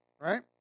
right